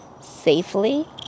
safely